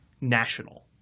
national